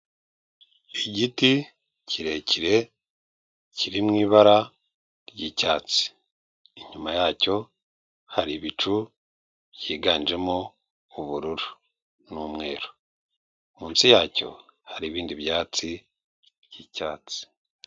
Igiti kirekire kiri mu ibara ry'icyatsi, inyuma yacyo hari ibicu byiganjemo ubururu n'umweru, munsi yacyo hari ibindi byatsi by'icyatsi.